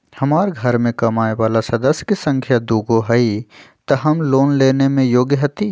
हमार घर मैं कमाए वाला सदस्य की संख्या दुगो हाई त हम लोन लेने में योग्य हती?